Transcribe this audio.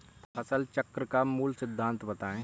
फसल चक्र का मूल सिद्धांत बताएँ?